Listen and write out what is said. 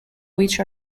which